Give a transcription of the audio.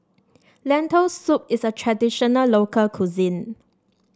Lentil Soup is a traditional local cuisine